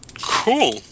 Cool